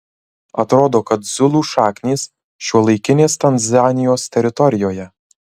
atrodo kad zulų šaknys šiuolaikinės tanzanijos teritorijoje